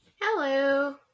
Hello